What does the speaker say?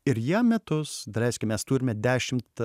ir jie metus daleiskim mes turime dešimt